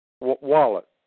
Wallet